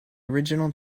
original